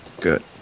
good